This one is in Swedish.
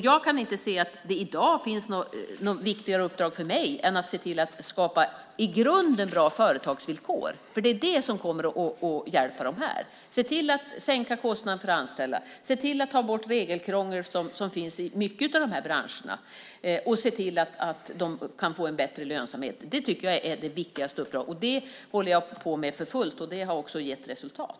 Jag kan inte se att det i dag finns något viktigare uppdrag för mig än att se till att skapa i grunden bra företagsvillkor. Det är det som kommer att hjälpa dem. Se till att sänka kostnaden för de anställda! Se till att ta bort regelkrångel som finns i många av dessa branscher! Se till att de kan få en bättre lönsamhet! Jag tycker att det är det viktigaste uppdraget. Det håller jag på med för fullt, och det har också gett resultat.